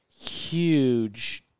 huge